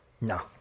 No